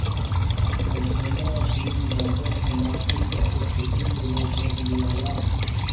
अइसने अफीम, गंजा, तंबाकू सब के खेती के लाइसेंस लियाला